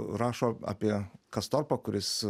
rašo apie kastorpą kuris